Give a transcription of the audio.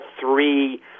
three